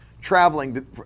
traveling